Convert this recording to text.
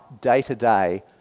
day-to-day